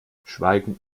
schweigend